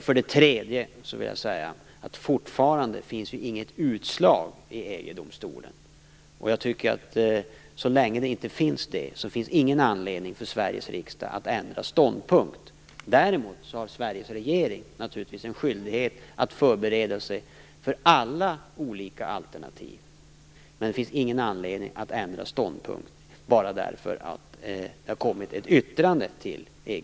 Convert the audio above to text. För det tredje vill jag säga att det fortfarande inte finns något utslag i EG-domstolen. Så länge det inte finns det, finns det ingen anledning för Sveriges riksdag att ändra ståndpunkt. Däremot har Sveriges regering naturligtvis en skyldighet att förbereda sig för alla olika alternativ, men det finns ingen anledning att ändra ståndpunkt bara för att det har kommit ett yttrande till EG